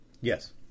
Yes